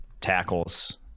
tackles